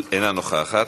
אינה נוכחת.